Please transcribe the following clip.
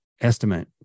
estimate